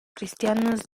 cristianos